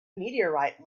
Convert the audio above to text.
meteorite